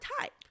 type